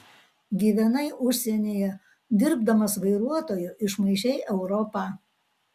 gyvenai užsienyje dirbdamas vairuotoju išmaišei europą